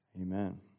amen